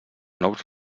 nous